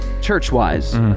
Church-wise